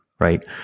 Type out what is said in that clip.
Right